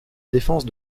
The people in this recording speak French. défense